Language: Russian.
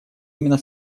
именно